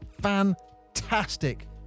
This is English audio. fantastic